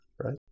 right